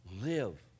live